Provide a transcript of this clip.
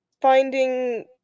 finding